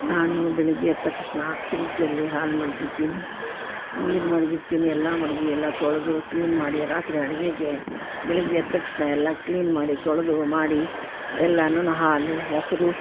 ನಾನು ಬೆಳಗ್ಗೆ ಎದ್ದ ತಕ್ಷಣ ಫ್ರಿಡ್ಜಲ್ಲಿ ಹಾಲು ಮಡಿಗಿರ್ತೀನಿ ನೀರು ಮಡಗಿರ್ತೀನಿ ಎಲ್ಲ ಮಡಗಿ ಎಲ್ಲ ತೊಳೆದು ಕ್ಲೀನ್ ಮಾಡಿ ರಾತ್ರಿ ಅಡಿಗೆಗೆ ಬೆಳಗ್ಗೆ ಎದ್ದ ತಕ್ಷಣ ಎಲ್ಲ ಕ್ಲೀನ್ ಮಾಡಿ ತೊಳೆದು ಮಾಡಿ ಎಲ್ಲಾ ಹಾಲು ಮೊಸರು